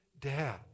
dad